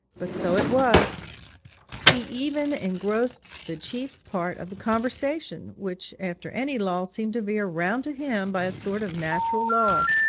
but so it was he even engrossed the chief part of the conversation, which after any lull seemed to veer round to him by a sort of natural law.